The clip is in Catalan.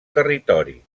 territori